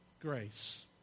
grace